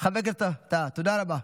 חבר הכנסת טאהא, תודה רבה.